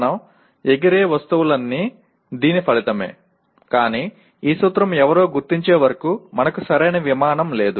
మన ఎగిరే వస్తువులన్నీ దీని ఫలితమే కానీ ఈ సూత్రం ఎవరో గుర్తించే వరకు మనకు సరైన విమానం లేదు